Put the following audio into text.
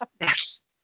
yes